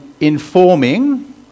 informing